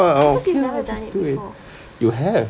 because we've never done it before